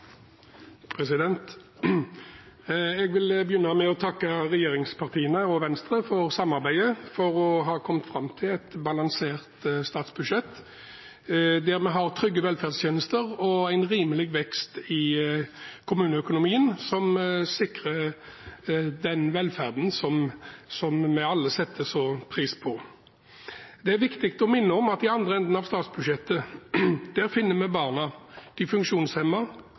Venstre for samarbeidet, for å ha kommet fram til et balansert statsbudsjett der vi har trygge velferdstjenester og en rimelig vekst i kommuneøkonomien, som sikrer den velferden som vi alle setter så pris på. Det er viktig å minne om at i andre enden av statsbudsjettet finner vi barna, de